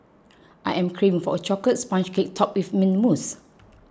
I am craving for a Chocolate Sponge Cake Topped with Mint Mousse